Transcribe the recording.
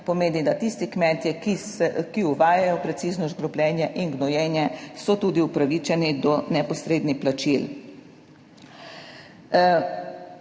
Pomeni, da tisti kmetje, ki se, ki uvajajo precizno škropljenje in gnojenje, so tudi upravičeni do neposrednih plačil.